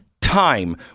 time